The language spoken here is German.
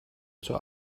zur